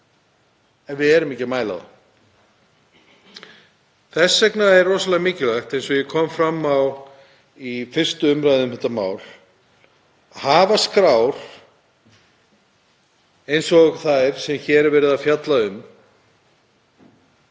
ef við erum ekki að mæla þá. Þess vegna er rosalega mikilvægt, eins og kom fram í 1. umr. um þetta mál, að hafa skrár eins og þær sem hér er verið að fjalla um,